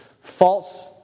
false